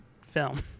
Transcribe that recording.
film